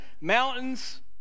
mountains